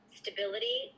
stability